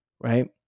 right